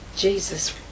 Jesus